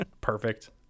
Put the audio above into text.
perfect